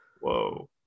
whoa